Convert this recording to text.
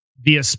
via